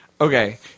Okay